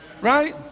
Right